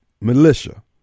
militia